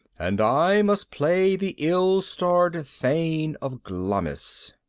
and i must play the ill-starred thane of glamis.